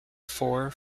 four